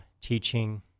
teaching